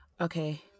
Okay